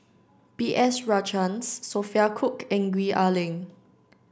B S Rajhans Sophia Cooke and Gwee Ah Leng